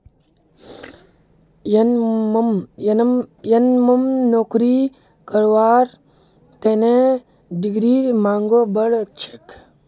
यनमम नौकरी करवार तने डिग्रीर मांगो बढ़ छेक